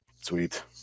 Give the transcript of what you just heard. Sweet